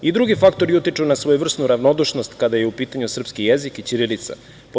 I drugi faktori utiču na svojevrsnu ravnodušnost kada je u pitanju srpski jezik i ćirilica.